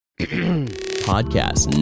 Podcast